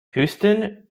houston